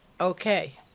okay